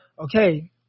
okay